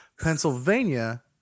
Pennsylvania